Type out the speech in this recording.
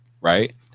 right